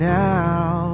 now